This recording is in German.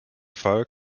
fall